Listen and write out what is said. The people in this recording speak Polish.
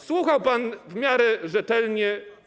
Słuchał pan w miarę rzetelnie.